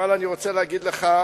אבל אני רוצה להגיד לך,